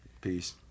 Peace